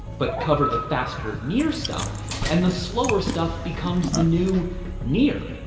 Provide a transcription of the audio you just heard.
but cover the faster near stuff and the slower stuff becomes the new near.